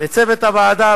לצוות הוועדה,